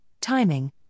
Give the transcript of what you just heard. timing